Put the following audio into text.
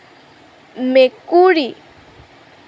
মেকুৰী